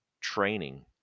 training